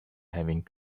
having